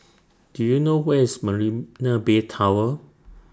Do YOU know Where IS Marina Bay Tower